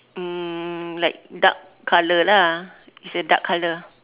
um like dark colour lah it's a dark colour